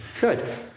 Good